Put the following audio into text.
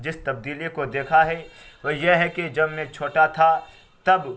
جس تبدیلی کو دیکھا ہے اور یہ ہے کہ جب میں چھوٹا تھا تب